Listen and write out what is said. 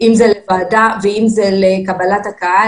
אם זה לוועדה ואם זה לקבלת הקהל,